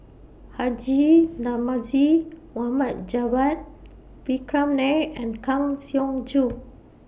Haji Namazie Mohamed Javad Vikram Nair and Kang Siong Joo